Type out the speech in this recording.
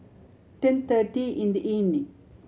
ten thirty in the evening